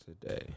today